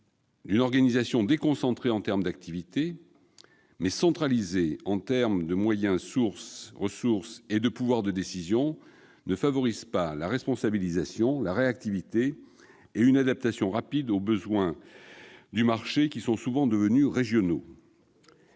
d'une organisation déconcentrée en termes d'activités, mais centralisée en termes de moyens, de ressources et de pouvoir de décision, ne favorise pas la responsabilisation, la réactivité ni l'adaptation rapide aux besoins de marchés qui sont souvent devenus régionaux.